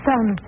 Son